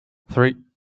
three